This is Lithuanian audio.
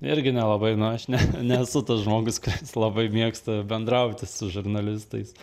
irgi nelabai nu aš ne nesu tas žmogus kuris labai mėgsta bendrauti su žurnalistais